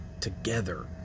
together